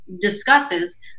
discusses